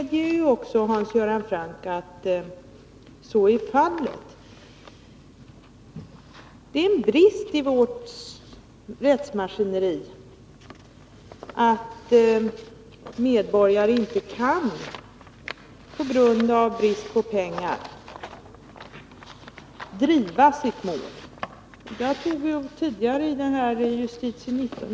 Det är en brist i vårt rättsmaskineri att medborgare på grund av kostnaderna inte kan driva sina mål. Hans Göran Franck medger att så är fallet.